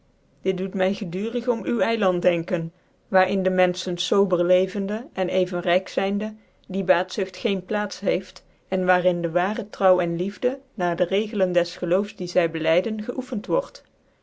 dit doet my geduurig om u eiland denken waar in de menfehen fobcr levende cn even ryk zynde die baatzugt geen phats heeft en waar in dc ware trouw cn liefde na de regelen des geloofs die zy bclyden geoeftent